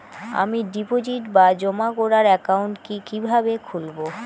আমি ডিপোজিট বা জমা করার একাউন্ট কি কিভাবে খুলবো?